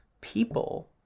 people